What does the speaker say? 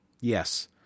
Yes